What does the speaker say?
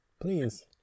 please